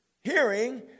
hearing